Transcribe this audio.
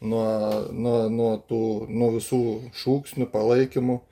nuo nuo nuo tų nuo visų šūksnių palaikymų